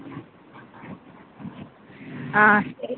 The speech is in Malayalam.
ആ ശരി